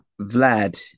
Vlad